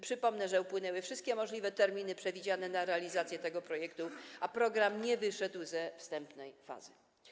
Przypomnę, że upłynęły wszystkie możliwe terminy przewidziane na realizację tego projektu, a prace nad programem nie wyszły ze wstępnej fazy.